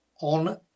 On